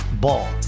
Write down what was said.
Ball